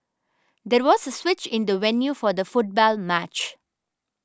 there was a switch in the venue for the football match